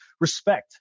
respect